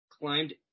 climbed